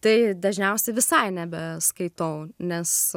tai dažniausiai visai nebeskaitau nes